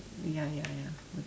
ya ya ya